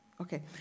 Okay